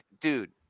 dude